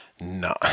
No